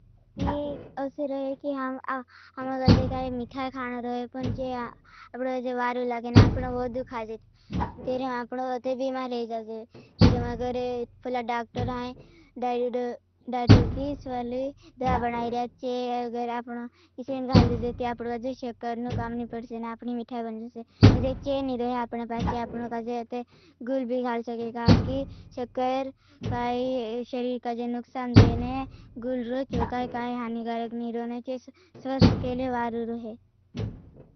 कि ऐसा रहे कि हम आ हमारे काजे काई मिठाई खाना रहे। पन चाह आ-अपने को जो वारु लागे ना अपनो वो भी खा जेते। तेरेहमे अपनो ओते बीमार हो जाइ से। तेरे मगर ए डॉक्टर हैंड डायटीशियन डायटियन की साले दवा बनायरिया चाह। अगर आपण युसीन घाल देजे। तो आपनको जो शक्कर का काम नहीं परसे। ना अपनी मिठाई बनत से। एदेरचे नही रया। आपण पास चाह आपण काजे गुल भी घाल सके। ताकि शक्कर का ई शरीर का जो नुकसान दे नहीं। गुल रोज कोई का हानिकारक नहीं रोने चाइज स्वस्थ केले बारू रहे।